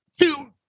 two